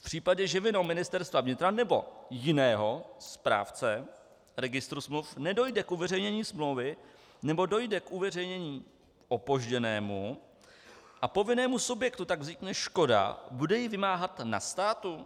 V případě, že vinou Ministerstva vnitra nebo jiného správce registru smluv nedojde k uveřejnění smlouvy nebo dojde k uveřejnění opožděnému, a povinnému subjektu tak vznikne škoda, bude ji vymáhat na státu?